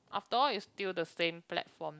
after all is still the same platform